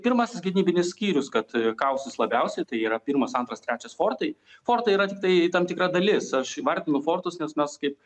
pirmasis gynybinis skyrius kad kausis labiausiai tai yra pirmas antras trečias fortai fortai yra tiktai tam tikra dalis aš įvardinu fortus nes mes kaip